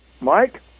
Mike